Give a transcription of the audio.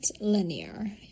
linear